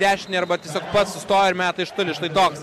dešinę arba tiesiog pats sustoja ir meta iš toli štai toks